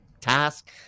Task